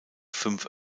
fünf